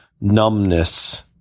numbness